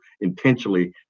intentionally